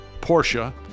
Porsche